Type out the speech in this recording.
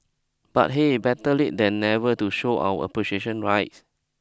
but hey better late than never to show our appreciation right